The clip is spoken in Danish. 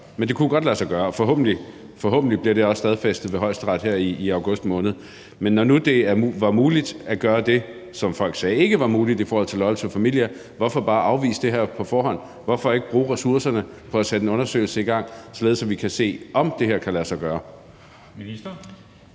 men det kunne godt lade sig gøre. Det bliver forhåbentlig også stadfæstet ved Højesteret her i august måned. Men når det nu var muligt at gøre det, som folk sagde ikke var muligt, når det gjaldt Loyal To Familia, hvorfor så bare afvise det her på forhånd? Hvorfor ikke bruge ressourcerne på at sætte en undersøgelse i gang, så vi kan få at se, om det kan lade sig gøre?